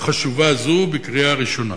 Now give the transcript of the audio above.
חשובה זו בקריאה ראשונה.